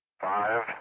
Five